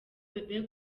bebe